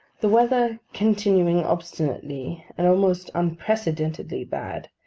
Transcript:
the weather continuing obstinately and almost unprecedentedly bad,